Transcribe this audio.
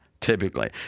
typically